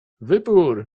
wybór